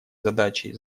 задачей